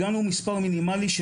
הגענו למספר מינימלי,